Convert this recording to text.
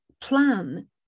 plan